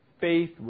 Faith